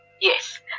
Yes